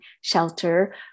shelter